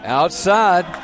outside